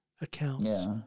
accounts